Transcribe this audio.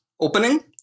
opening